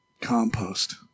compost